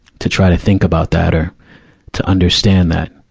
to try to think about that or to understand that,